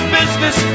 business